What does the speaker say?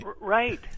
Right